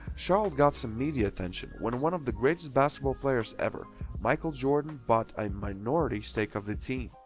charlotte got some media attention when one of the greatest basketball players ever michael jordan bought a minority stake of the team.